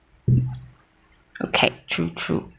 okay true true